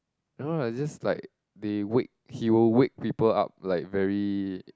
no no I just like they wake he will wake people up like very